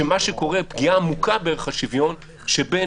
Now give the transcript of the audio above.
שמה שקורה הוא פגיעה עמוקה בערך השוויון שבין